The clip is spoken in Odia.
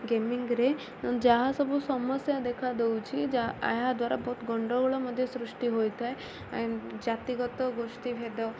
ଗେମିଙ୍ଗରେ ଯାହା ସବୁ ସମସ୍ୟା ଦେଖା ଦେଉଛି ଏହା ଦ୍ୱାରା ବହୁତ ଗଣ୍ଡଗୋଳ ମଧ୍ୟ ସୃଷ୍ଟି ହୋଇଥାଏ ଜାତିଗତ ଗୋଷ୍ଠୀ ଭେଦ